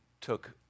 took